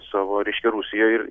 savo reiškia rusijoj ir